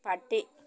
പട്ടി